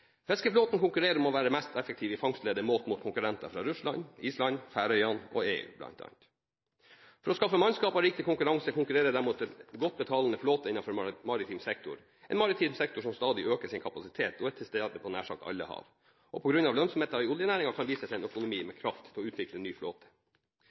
Fiskeflåten konkurrerer om å være mest effektiv i fangstleddet målt mot konkurrenter fra bl.a. Russland, Island, Færøyene og EU. For å skaffe mannskap med riktig kompetanse konkurrerer de mot en godt betalende flåte innen maritim sektor – en maritim sektor som stadig øker sin kapasitet, som er til stede på nær sagt alle hav, og som på grunn av lønnsomheten i oljenæringen kan vise til en økonomi